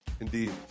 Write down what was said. Indeed